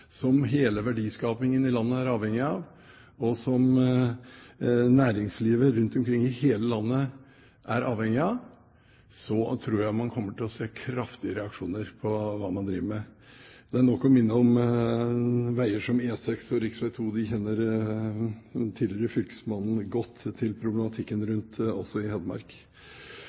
som hele verdiskapingen i landet er avhengig av, og som næringslivet rundt omkring i hele landet er avhengig av, så tror jeg man kommer til å se kraftige reaksjoner på det man driver med. Det er nok å minne om veier som E6 og rv. 2, som den tidligere fylkesmannen kjenner godt til problematikken rundt – også i Hedmark.